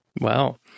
Wow